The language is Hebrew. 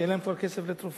שאין להם כבר כסף לתרופות.